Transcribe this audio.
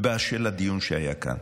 ובאשר לדיון שהיה כאן,